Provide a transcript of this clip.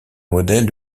modèle